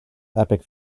epic